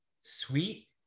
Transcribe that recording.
sweet